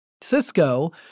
Cisco